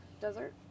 desert